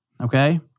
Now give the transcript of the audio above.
okay